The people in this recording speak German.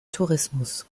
tourismus